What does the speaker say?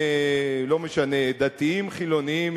לא משנה דתיים חילונים,